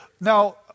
now